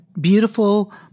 beautiful